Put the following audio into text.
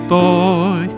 boy